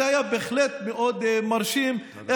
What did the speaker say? זה היה בהחלט מאוד מרשים, תודה.